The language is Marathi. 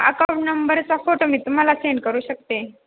अकाऊंट नंबरचा फोटो मी तुम्हाला सेंड करू शकते